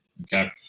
okay